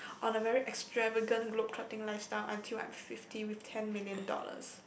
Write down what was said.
on a very extravagance globe trotting life style until I'm fifty with ten million dollars